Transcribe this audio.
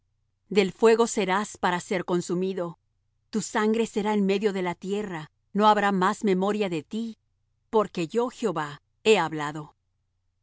del fuego serás para ser consumido tu sangre será en medio de la tierra no habrá más memoria de ti porque yo jehová he hablado